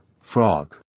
Frog